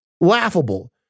laughable